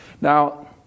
Now